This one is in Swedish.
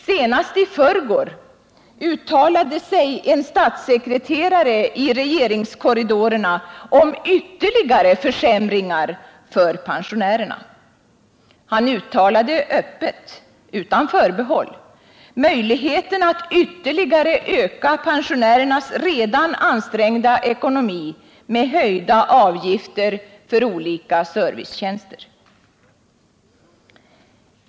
Senast i förrgår uttalade sig en statssekreterare i regeringskorridorerna om ytterligare försämringar för pensionärerna. Han uttalade sig öppet, utan förbehåll, för möjligheterna att ytterligare försämra pensionärernas redan ansträngda ekonomi genom höjda avgifter för olika servicetjänster.